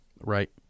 Right